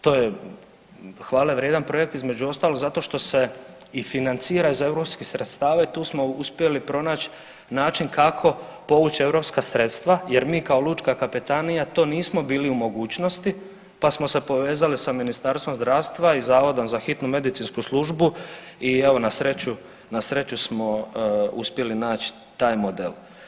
To je hvale vrijedan projekt između ostalog zato što se i financira iz europskih sredstava i tu smo uspjeli pronaći način kako povući europska sredstva jer mi kao Lučka kapetanija to nismo bili u mogućnosti pa smo se povezali sa Ministarstvom zdravstva i Zavodom za hitnu medicinsku službu i evo na sreću smo uspjeli naći taj model.